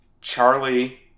Charlie